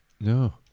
No